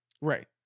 Right